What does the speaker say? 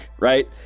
right